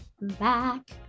back